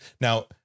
now